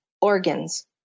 organs